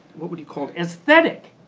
what would you call it aesthetic.